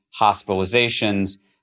hospitalizations